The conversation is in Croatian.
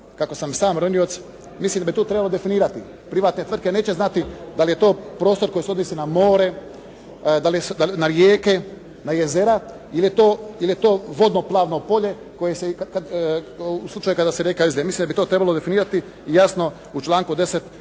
kako sam i sam ronilac. Mislim da bi tu trebalo definirati, privatne tvrtke neće znati da li je to prostor koji se odnosi na more, na rijeke, na jezera ili je to vodno plavno polje koje u slučaju kada se rijeka izlije, mislim da bi to trebalo definirati i u članku 10.